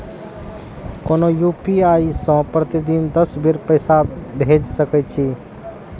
कोनो यू.पी.आई सं प्रतिदिन दस बेर पैसा भेज सकै छी